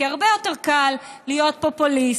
כי הרבה יותר קל להיות פופוליסט,